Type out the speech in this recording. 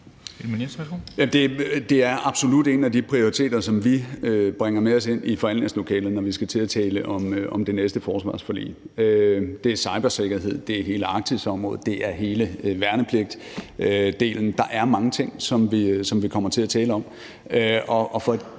Ellemann-Jensen (V): En prioritering, vi absolut bringer med os ind i forhandlingslokalet, når vi skal til at tale om det næste forsvarsforlig, er cybersikkerhed, men det er også hele Arktisområdet, og det er hele spørgsmålet om værnepligt. Der er mange ting, som vi kommer til at tale om.